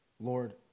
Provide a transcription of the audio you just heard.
Lord